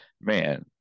man